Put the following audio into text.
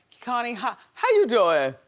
koni, how how you doing?